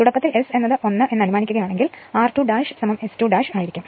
തുടക്കത്തിൽ ട 1 എന്ന് അനുമാനിക്കുകയാണെങ്കിൽ r2 S2 ആയിരിക്കും